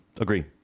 Agree